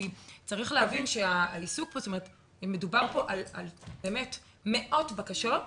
כי צריך להבין שמדובר פה על מאות בקשות,